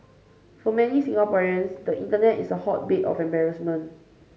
for many Singaporeans the internet is a hotbed of embarrassment